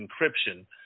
encryption